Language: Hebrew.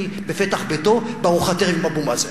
בפתח ביתו בארוחת ערב עם אבו מאזן.